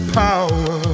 power